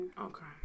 Okay